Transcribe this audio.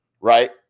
Right